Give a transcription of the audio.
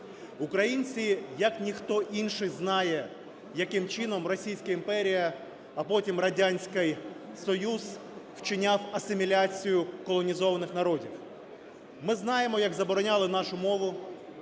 Українці як ніхто інший знають, яким чином Російська імперія, а потім Радянська Союз вчиняв асиміляцію колонізованих народів. Ми знаємо, як забороняли нашу мову,